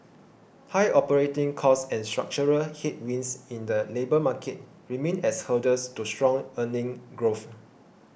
high operating costs and structural headwinds in the labour market remain as hurdles to strong earnings growth